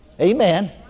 Amen